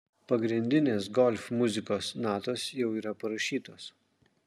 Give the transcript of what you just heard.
pagrindinės golf muzikos natos jau yra parašytos